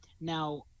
Now